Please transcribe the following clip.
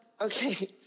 okay